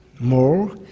more